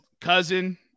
cousin